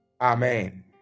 Amen